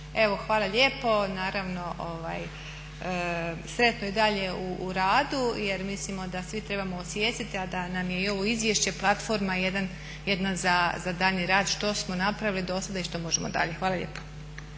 Evo hvala lijepo. Naravno sretno i dalje u radu, jer mislimo da svi trebamo osvijestiti, a da nam je i ovo izvješće platforma jedna za daljnji rad što smo napravili do sada i što možemo dalje. Hvala lijepo.